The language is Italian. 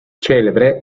celebre